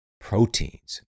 proteins